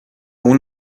اون